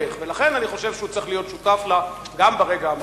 לכן אני חושב שהוא צריך להיות שותף לה גם ברגע המכריע.